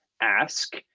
ask